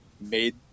made